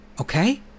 okay